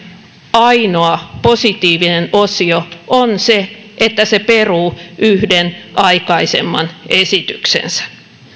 ainoa positiivinen osio on se että se peruu yhden aikaisemman esityksensä